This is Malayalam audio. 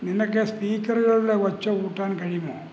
നിനക്ക് സ്പീക്കറുകളുടെ ഒച്ച കൂട്ടാൻ കഴിയുമോ